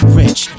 rich